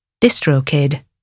DistroKid